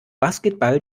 basketball